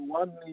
one